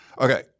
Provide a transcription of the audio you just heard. Okay